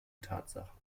tatsachen